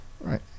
right